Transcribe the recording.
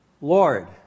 Lord